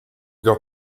got